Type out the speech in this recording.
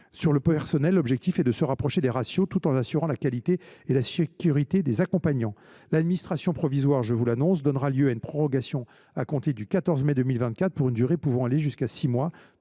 le personnel, l’objectif est de se rapprocher des ratios, tout en assurant la qualité et la sécurité des accompagnants. Je vous annonce que l’administration provisoire donnera lieu à une prorogation à compter du 14 mai 2024, pour une durée pouvant aller jusqu’à six mois.